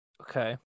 Okay